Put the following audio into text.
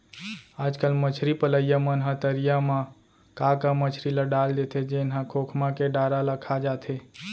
आजकल मछरी पलइया मन ह तरिया म का का मछरी ल डाल देथे जेन ह खोखमा के डारा ल खा जाथे